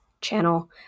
channel